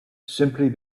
simply